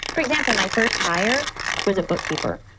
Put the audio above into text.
for example, my first hire was a bookkeeper.